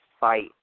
fight